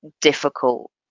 difficult